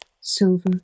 silver